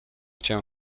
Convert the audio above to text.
cię